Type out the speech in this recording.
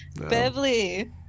beverly